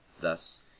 Thus